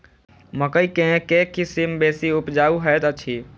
मकई केँ के किसिम बेसी उपजाउ हएत अछि?